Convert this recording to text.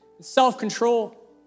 self-control